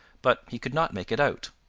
but he could not make it out.